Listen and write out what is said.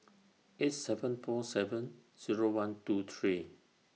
eight seven four seven Zero one two three